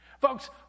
Folks